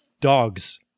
dogs